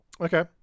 Okay